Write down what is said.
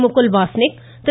Mukul Wasnik Thiru